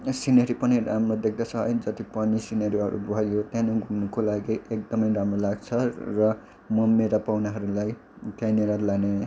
scenery पनि राम्रो देख्दछ है जति पनि सिनेरीहरू भयो त्यहाँनिर घुम्नुको लागि एकदमै राम्रो लाग्छ र म मेरा पाहुनाहरूलाई त्यहीँनिर लाने